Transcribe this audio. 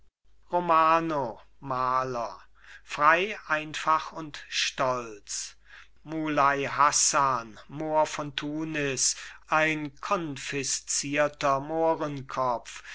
romano maler frei einfach und stolz muley hassan mohr von tunis ein konfiszierter